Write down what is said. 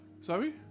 Sorry